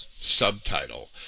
Subtitle